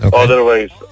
otherwise